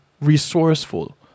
resourceful